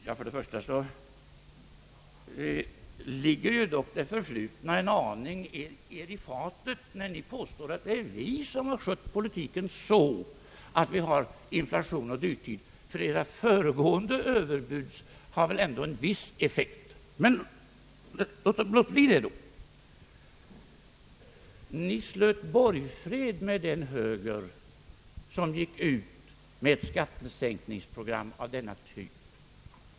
Jo, för det första: det förflutna ligger er en aning i fatet. Ni påstår att det är vi som skött politiken, så att vi fått inflation och dyrtid, men edra föregående överbud har väl ändå en viss effekt. För det andra! Ni slöt borgfred med högern, som gick ut med ett kraftigt skattesänkningsprogram av denna typ.